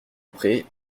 pré